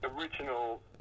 original